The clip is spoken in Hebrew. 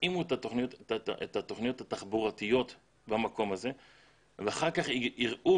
יתאימו את התוכניות התחבורתיות במקום הזה ואחר כך יראו